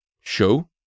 Show